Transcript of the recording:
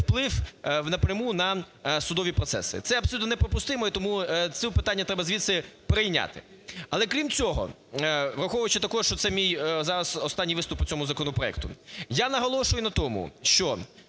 вплив напряму на судові процеси. Це абсолютно неприпустимо і тому це питання треба звідси прийняти. Але, крім цього, враховуючи також, що це мій зараз останній виступ по цьому законопроекту. Я наголошую на тому, що